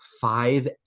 five